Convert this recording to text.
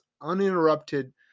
uninterrupted